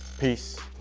peace.